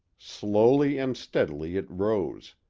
slowly and steadily it rose,